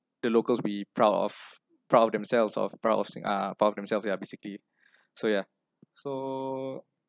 the locals be proud of proud of themselves of proud of sin~ uh proud of themselves yeah basically so ya so